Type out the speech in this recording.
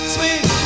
Sweet